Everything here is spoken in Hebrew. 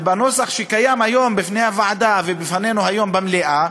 ובנוסח שקיים היום בפני הוועדה ובפנינו היום במליאה